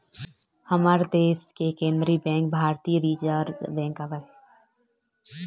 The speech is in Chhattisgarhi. हमर देस के केंद्रीय बेंक भारतीय रिर्जव बेंक आवय